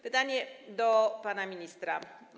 Pytanie do pana ministra.